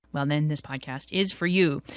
well, then this podcast is for you.